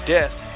Death